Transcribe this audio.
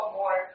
more